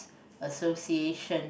association